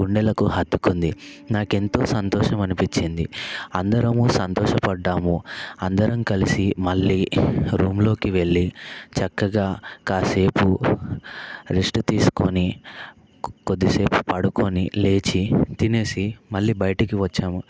గుండెలకు హత్తుకుంది నాకెంతో సంతోషం అనిపించింది అందరము సంతోషపడ్డాము అందరం కలిసి మళ్ళీ రూమ్లోకి వెళ్ళి చక్కగా కాసేపు రెస్ట్ తీసుకొని కొద్దిసేపు పడుకొని లేచి తినేసి మళ్ళీ బయటికి వచ్చాము